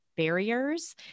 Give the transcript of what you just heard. barriers